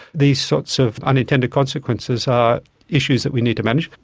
these sorts of unintended consequences are issues that we need to manage.